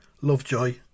Lovejoy